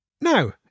Now